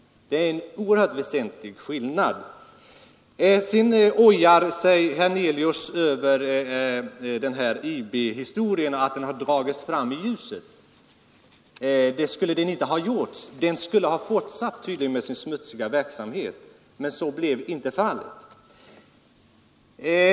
Det är en väsentlig skillnad. Sedan ojar sig herr Hernelius över att IB-historien dragits fram i ljuset. Det skulle inte ha skett. Den skulle ha fortsatt med sin smutsiga verksamhet. Men så blev inte fallet.